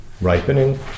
ripening